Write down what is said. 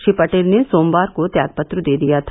श्री पटेल ने सोमवार को त्यागपत्र दे दिया था